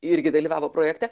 irgi dalyvavo projekte